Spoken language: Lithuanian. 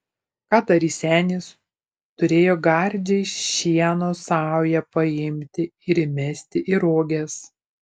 ką darys senis turėjo gardžią šieno saują paimti ir įmesti į roges